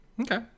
Okay